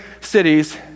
cities